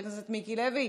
חבר הכנסת מיקי לוי,